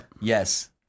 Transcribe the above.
yes